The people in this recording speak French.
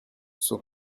son